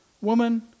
Woman